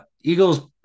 Eagles